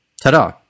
Ta-da